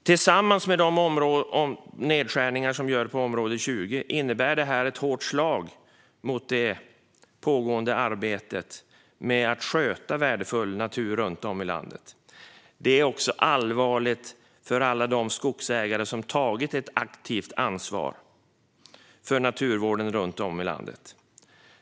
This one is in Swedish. Tillsammans med de nedskärningar som görs på utgiftsområde 20 innebär detta ett hårt slag mot det pågående arbetet med att sköta värdefull natur runt om i landet. Det är också allvarligt för alla skogsägare som tagit ett aktivt ansvar för naturvården runt om i landet.